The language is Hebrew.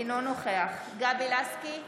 אינו נוכח גבי לסקי,